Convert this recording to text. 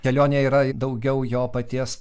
kelionėje yra daugiau jo paties